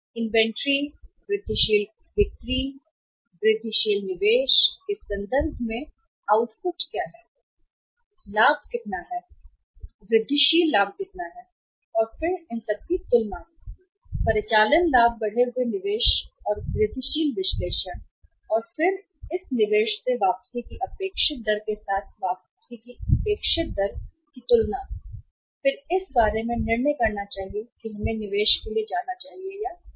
inventory वृद्धिशील बिक्री और संदर्भ में उस वृद्धिशील निवेश का आउटपुट क्या है लाभ कितना वृद्धिशील लाभ और फिर दोनों की तुलना परिचालन लाभ बढ़े हुए निवेश या वृद्धिशील विश्लेषण और फिर तुलना के साथ तुलना इस निवेश से वापसी की अपेक्षित दर के साथ वापसी की अपेक्षित दर और फिर ए इस बारे में निर्णय करना चाहिए कि हमें इस निवेश के लिए जाना चाहिए या नहीं